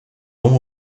longs